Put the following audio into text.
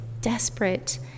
desperate